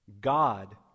God